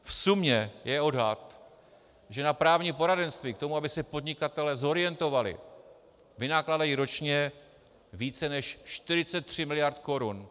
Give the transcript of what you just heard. V sumě je odhad, že na právní poradenství k tomu, aby se podnikatelé zorientovali, vynakládají ročně více než 43 mld. korun.